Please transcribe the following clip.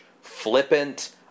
flippant